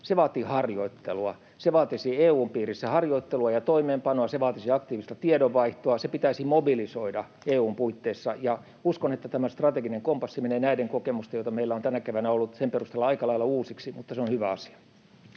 vaatii harjoittelua. Se vaatisi EU:n piirissä harjoittelua ja toimeenpanoa, se vaatisi aktiivista tiedonvaihtoa, se pitäisi mobilisoida EU:n puitteissa. Uskon, että tämä strateginen kompassi menee näiden kokemusten perusteella, joita meillä on tänä keväänä ollut, aika lailla uusiksi. Mutta se on hyvä asia.